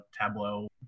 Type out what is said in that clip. Tableau